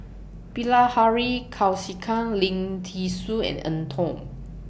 Bilahari Kausikan Lim Thean Soo and Eng Tow